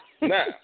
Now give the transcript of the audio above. Now